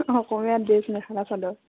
অসমীয়া dress mekhela চাদৰ